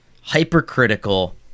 hypercritical